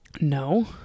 No